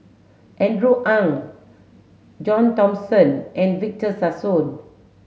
Andrew Ang John Thomson and Victor Sassoon